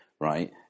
right